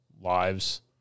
lives